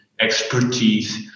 expertise